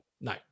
No